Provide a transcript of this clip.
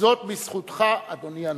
וזאת בזכותך, אדוני הנשיא.